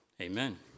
Amen